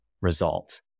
result